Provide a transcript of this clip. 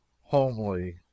homely